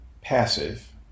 passive